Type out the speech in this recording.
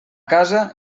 casa